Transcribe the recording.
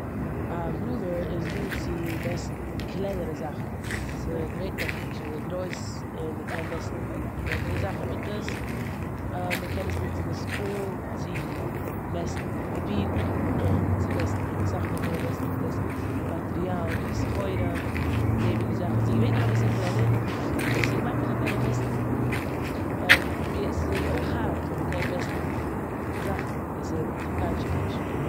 א רולער איז דא צו מעסטן קלענערע זאכן. ס'געווענטליך נישט אזוי גרויס און מ'קען מעסטן קלענערע זאכן מיט עס. מ'קען עס נוצן אין סקול צו מעסטן פאפירן, צו מעסטן- אסאך מאל קען מען מעסטן מיט עס מאטריאלן ווי סחורה און די מינע זאכן. ס'געווענטליך אביסל קלענער און ס'געמאכט מ'זאל קענען מעסטן מער- ס'אויך הארט סאו מ'קען מעסטן זאכן און ס'צוקנייטשט זיך נישט.